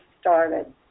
started